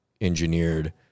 engineered